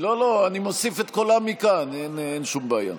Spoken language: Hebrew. לא לא, אני מוסיף את קולה מכאן, אין שום בעיה.